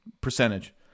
Percentage